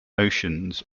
oceans